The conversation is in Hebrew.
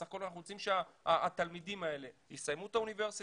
סך הכול אנחנו רוצים שהתלמידים האלה יסיימו את האוניברסיטה,